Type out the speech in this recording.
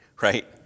right